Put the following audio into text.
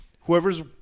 whoever's